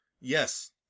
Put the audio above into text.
Yes